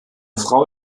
frau